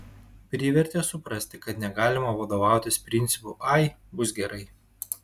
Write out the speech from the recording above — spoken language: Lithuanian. privertė suprasti kad negalima vadovautis principu ai bus gerai